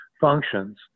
functions